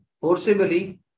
forcibly